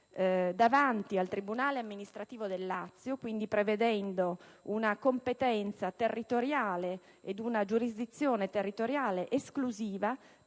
davanti al tribunale amministrativo del Lazio, prevedendo quindi una competenza territoriale e una giurisdizione territoriale esclusiva,